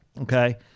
Okay